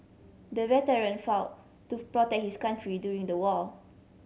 the veteran fought to protect his country during the war